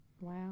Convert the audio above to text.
Wow